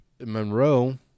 Monroe